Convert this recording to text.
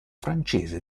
francese